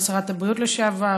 שרת הבריאות לשעבר,